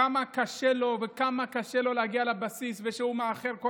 כמה קשה לו וכמה קשה לו להגיע לבסיס ושהוא מאחר כל